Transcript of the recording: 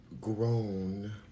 grown